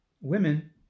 women